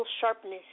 sharpness